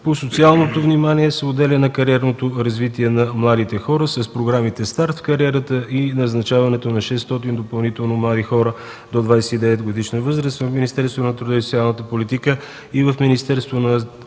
По-специално внимание се отделя на кариерното развитие на младите хора с програмите „Старт в кариерата” и назначаването допълнително на 600 души млади хора до 29-годишна възраст в Министерството на труда и социалната политика и в Министерството на